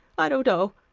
i don't know.